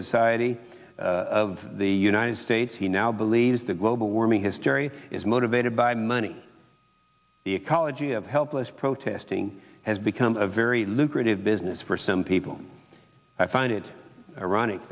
society of the united states he now believes the global warming hysteria is motivated by money the ecology of helpless protesting it's become a very lucrative business for some people i find it ironic